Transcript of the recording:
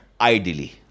Ideally